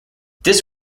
this